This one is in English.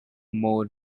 more